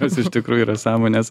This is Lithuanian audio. kas iš tikrųjų yra sąmonės